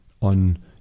on